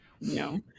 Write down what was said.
No